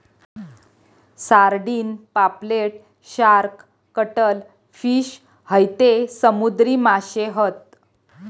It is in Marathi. सारडिन, पापलेट, शार्क, कटल फिश हयते समुद्री माशे हत